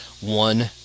one